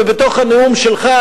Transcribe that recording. ובתוך הנאום שלך,